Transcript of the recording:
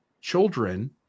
children